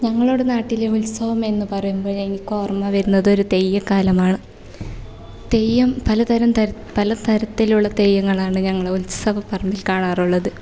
ഞങ്ങളുടെ നാട്ടിലെ ഉത്സവം എന്ന് പറയുമ്പോൾ എനിക്ക് ഓര്മ്മ വരുന്നത് ഒരു തെയ്യക്കാലമാണ് തെയ്യം പല തരം പല തരത്തിലുള്ള തെയ്യങ്ങളാണ് ഞങ്ങളെ ഉത്സവപ്പറമ്പിൽ കാണാറുള്ളത്